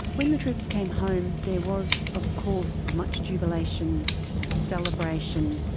when the troops came home there was of course much jubilation and celebration,